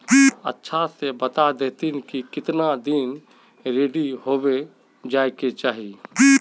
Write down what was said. अच्छा से बता देतहिन की कीतना दिन रेडी होबे जाय के चही?